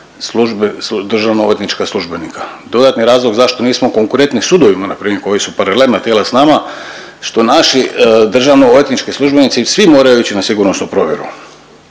državno odvjetnička službenika. Dodatni razlog zašto nismo konkurenti sudovima na primjer koji su paralelna tijela s nama što naši državno odvjetnički službenici svi moraju ići na sigurnosnu provjeru.